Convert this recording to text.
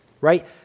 right